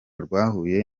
rwahuye